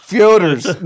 Fyodors